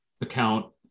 account